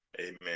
Amen